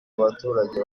abaturage